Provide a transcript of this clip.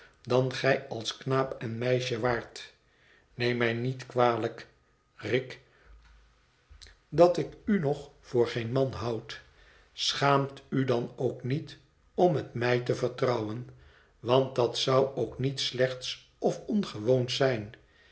dan gij als knaap en meisje waart neem mij niet kwalijk rick dat ik u nog voor geen man houd schaamt u dan ook niet om het mij te vertrouwen want dat zou ook niets slechts of ongewoons zijn